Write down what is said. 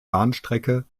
bahnstrecke